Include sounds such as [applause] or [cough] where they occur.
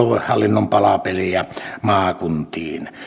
[unintelligible] aluehallinnon palapeliä maakuntiin